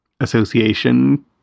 association